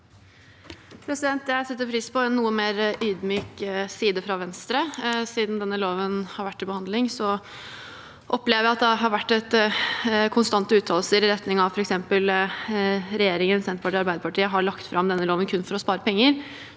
Jeg setter pris på en noe mer ydmyk side fra Venstre. Siden denne loven har vært til behandling, opplever jeg at det har vært konstante uttalelser i retning av f.eks. at regjeringen, Senterpartiet og Arbeiderpartiet, har lagt fram denne loven kun for å spare penger,